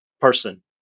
person